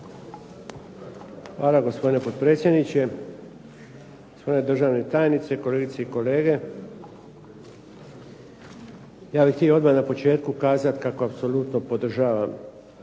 Hvala gospodine potpredsjedniče, gospodine državni tajniče, kolegice i kolege. Ja bih htio odmah na početku kazati kako apsolutno podržavam